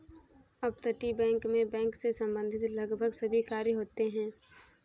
अपतटीय बैंक मैं बैंक से संबंधित लगभग सभी कार्य होते हैं